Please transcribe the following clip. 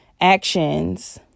actions